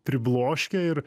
pribloškia ir